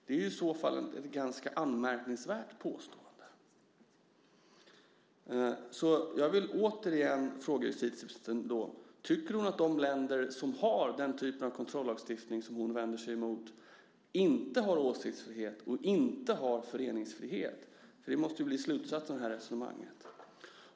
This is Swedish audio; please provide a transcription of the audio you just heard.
Det är i så fall ett ganska anmärkningsvärt påstående. Återigen vill jag fråga justitieministern om hon tycker att de länder som har den typ av kontrollagstiftning som hon vänder sig mot inte har åsiktsfrihet och inte har föreningsfrihet. Det måste ju bli slutsatsen av det här resonemanget.